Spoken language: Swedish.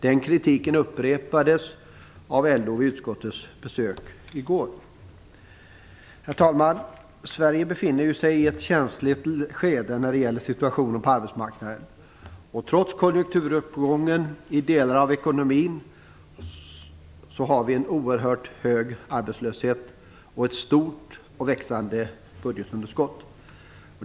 Den kritiken upprepades av LO vid utskottets besök i går. Herr talman! Sverige befinner sig ju i ett känsligt skede när det gäller situationen på arbetsmarknaden. Trots konjunkturuppgången i delar av ekonomin har vi en oerhört hög arbetslöshet och ett stort och växande budgetunderskott.